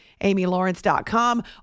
amylawrence.com